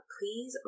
Please